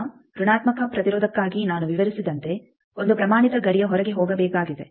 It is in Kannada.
ಈಗ ಋಣಾತ್ಮಕ ಪ್ರತಿರೋಧಕ್ಕಾಗಿ ನಾನು ವಿವರಿಸಿದಂತೆ ಒಂದು ಪ್ರಮಾಣಿತ ಗಡಿಯ ಹೊರಗೆ ಹೋಗಬೇಕಾಗಿದೆ